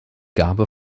gabe